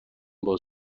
باز